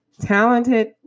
Talented